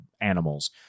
animals